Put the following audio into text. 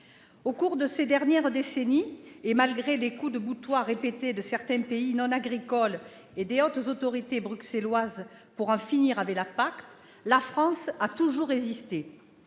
Au cours de ces dernières décennies, malgré les coups de boutoir répétés de certains pays non agricoles et des hautes autorités bruxelloises pour en finir avec la PAC, la France a toujours résisté.